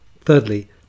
Thirdly